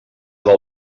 del